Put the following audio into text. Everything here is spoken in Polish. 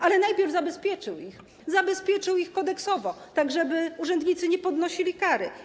Ale najpierw zabezpieczył ich, zabezpieczył ich kodeksowo, tak żeby urzędnicy nie ponosili kary.